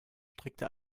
strickte